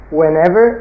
whenever